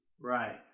right